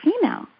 female